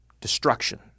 destruction